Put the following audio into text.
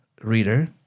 reader